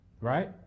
right